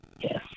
yes